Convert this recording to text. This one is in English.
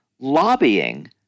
lobbying